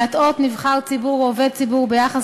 להטעות נבחר ציבור או עובד ציבור ביחס